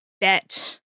bet